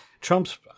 Trump's